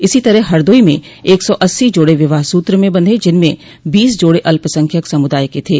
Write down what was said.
इसी तरह हरदोई में एक सौ अस्सी जोड़े विवाह सूत्र में बंधे जिनमें बीस जोड़े अल्पसंख्यक समुदाय के थे